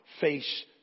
face